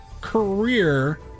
career